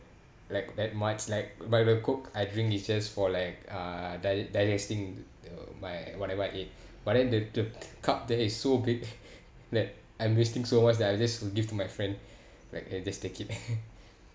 like that much like by the coke I drink is just for like uh di~ digesting the my whatever I ate but then the the cup there is so big that I'm wasting so much that I just would give to my friend like !hey! just take it